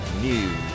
News